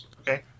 Okay